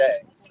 today